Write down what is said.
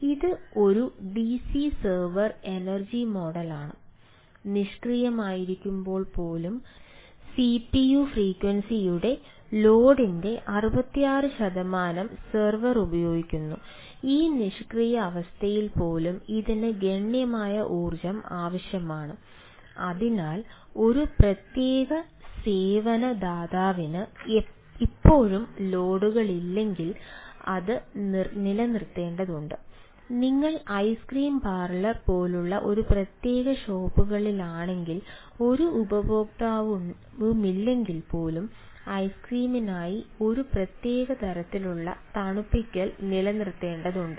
അതിനാൽ ഇത് ഒരു ഡിസി സെർവർ എനർജി മോഡലാണ് നിഷ്ക്രിയമായിരിക്കുമ്പോൾ പോലും സിപിയു ഫ്രീക്വൻസിയുടെ ലോഡിന്റെ ഒരു പ്രത്യേക തലത്തിലുള്ള തണുപ്പിക്കൽ നിലനിർത്തേണ്ടതുണ്ട്